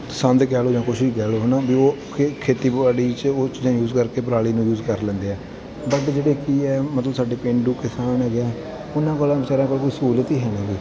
ਸੰਦ ਕਹਿ ਲਓ ਜਾਂ ਕੁਛ ਵੀ ਕਹਿ ਲਓ ਹੈ ਨਾ ਵੀ ਉਹ ਖੇ ਖੇਤੀਬਾੜੀ 'ਚ ਉਹ ਚੀਜ਼ਾਂ ਯੂਜ ਕਰਕੇ ਪਰਾਲੀ ਨੂੰ ਯੂਜ ਕਰ ਲੈਂਦੇ ਹੈ ਬਾਕੀ ਜਿਹੜੀ ਕੀ ਹੈ ਮਤਲਬ ਸਾਡੇ ਪੇਂਡੂ ਕਿਸਾਨ ਹੈਗੇ ਹੈ ਉਹਨਾਂ ਕੋਲ ਵਿਚਾਰਿਆਂ ਕੋਲ ਕੋਈ ਸਹੂਲਤ ਹੀ ਹੈ ਨਹੀਂ ਗੀ